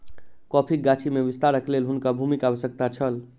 कॉफ़ीक गाछी में विस्तारक लेल हुनका भूमिक आवश्यकता छल